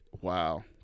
Wow